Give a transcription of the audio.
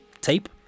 tape